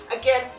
again